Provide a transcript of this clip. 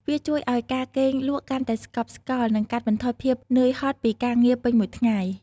វាជួយឱ្យការគេងលក់កាន់តែស្កប់ស្កល់ និងកាត់បន្ថយភាពនឿយហត់ពីការងារពេញមួយថ្ងៃ។